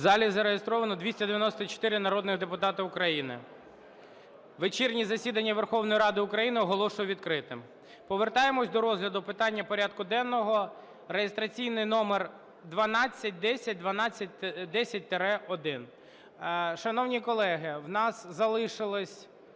В залі зареєстровано 294 народних депутати України. Вечірнє засідання Верховної Ради України оголошую відкритим. Повертаємося до розгляду питання порядку денного реєстраційний номер 1210, 1210-1. Шановні колеги, у нас залишилося